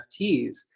NFTs